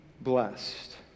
blessed